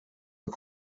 het